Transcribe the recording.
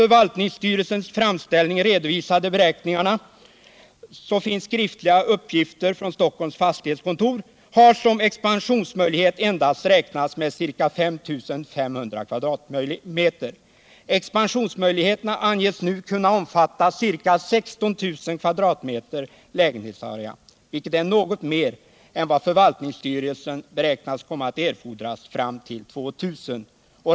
Riksdagens lokalfrågor på längre Sikt frågor på längre Sikt från Stockholms fastighetskontor, har som expansionsmöjlighet endast räknats med ca 5 500 m?. Expansionsmöjligheterna anges nu kunna omfatta ca 16 000 m? lägenhetsarea, vilket är något mer än vad förvaltningsstyrelsen beräknar kommer att erfordras fram till år 2000.